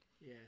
Yes